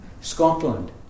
Scotland